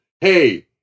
hey